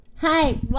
Hi